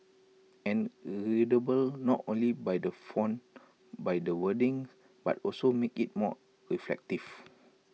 and readable not only by the font by the wordings but also make IT more reflective